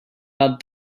but